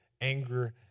anger